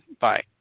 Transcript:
Bye